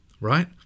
right